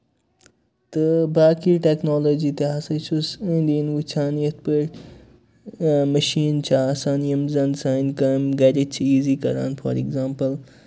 تہٕ باقٕے ٹیکنالوجی تہِ ہسا چھُس أندۍ أندۍ وُچھان یِتھٕ پٲٹھۍ مِشیٖن چھےٚ آسان یِم زَن سانہِ کامہِ گرِچ چھِ ایٖزِی کران فار ایٚکزامپٕل